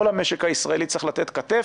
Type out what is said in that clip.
כל המשק הישראלי צריך לתת כתף.